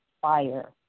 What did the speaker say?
fire